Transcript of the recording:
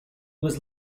was